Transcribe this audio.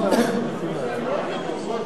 אני מבקש מהשרים גם לשמור, קצר,